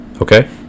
Okay